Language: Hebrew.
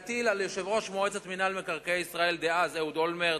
להטיל על יושב-ראש מועצת מינהל מקרקעי ישראל דאז אהוד אולמרט,